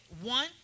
one